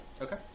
Okay